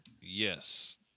Yes